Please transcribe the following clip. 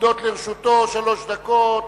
עומדות לרשותו שלוש דקות,